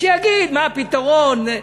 שיגיד מה הפתרון.